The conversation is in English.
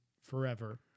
forever